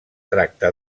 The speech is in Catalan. tracta